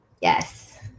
yes